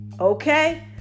okay